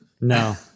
no